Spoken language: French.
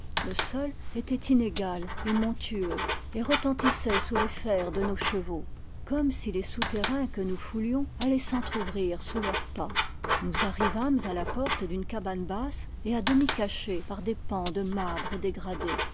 le sol était inégal et montueux et retentissait sous les fers de nos chevaux comme si les souterrains que nous foulions allaient s'entrouvrir sous leurs pas nous arrivâmes à la porte d'une cabane basse et à demi cachée par des pans de marbre dégradés